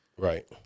Right